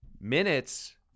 Minutes